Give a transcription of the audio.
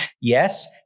yes